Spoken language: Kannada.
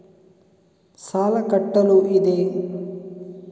ಸಾಲ ಕಟ್ಟಲು ಇದೆ